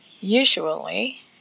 usually